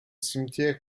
cimetière